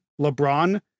LeBron